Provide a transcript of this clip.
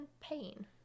pain